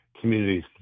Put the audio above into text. communities